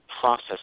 process